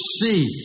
see